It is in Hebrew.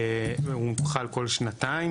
הוא חל כל שנתיים,